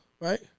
right